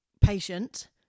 patient